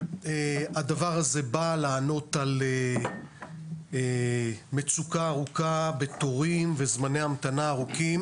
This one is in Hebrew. הדבר הזה בא לענות על מצוקה ארוכה בתורים וזמני המתנה ארוכים,